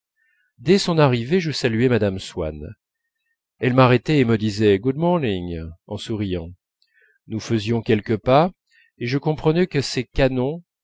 dès son arrivée je saluais mme swann elle m'arrêtait et me disait good morning en souriant nous faisions quelques pas et je comprenais que ces canons